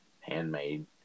handmade